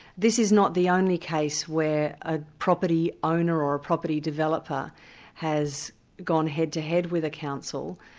this is not the only case where a property owner or a property developer has gone head-to-head with a council.